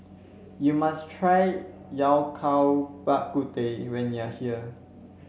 you must try Yao Cai Bak Kut Teh when you are here